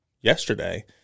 yesterday